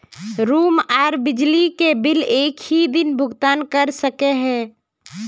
Room आर बिजली के बिल एक हि दिन भुगतान कर सके है?